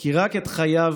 כי רק את חייו,